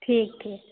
ठीक छै